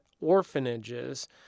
orphanages